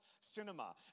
Cinema